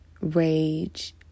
rage